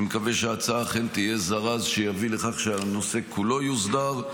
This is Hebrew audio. אני מקווה שההצעה אכן תהיה זרז שיביא לכך שהנושא כולו יוסדר.